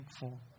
thankful